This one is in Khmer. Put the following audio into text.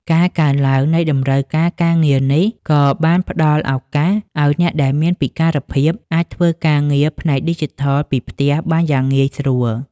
ការកើនឡើងនៃតម្រូវការការងារនេះក៏បានផ្តល់ឱកាសឱ្យអ្នកដែលមានពិការភាព អាចធ្វើការងារផ្នែកឌីជីថលពីផ្ទះបានយ៉ាងងាយស្រួល។